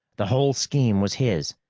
the whole scheme was his.